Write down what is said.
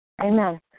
Amen